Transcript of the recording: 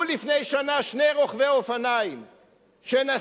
לפני שנה נהרגו שני רוכבי אופניים שנסעו,